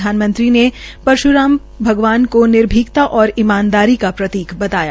प्रधानमंत्री ने भगवान परश्राम को निर्भीकता और ईमारदारी का प्रतीक बताया